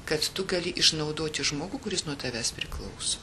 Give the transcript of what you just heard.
kad tu gali išnaudoti žmogų kuris nuo tavęs priklauso